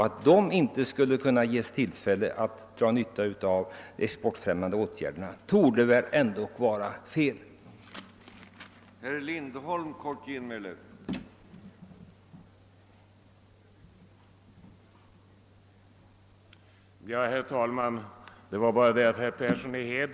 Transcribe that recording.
Att de inte skulle ges tillfälle att dra nytta av de exportfrämjande åtgärderna torde väl ändå herr Lindholm inte kunna anse vara riktigt.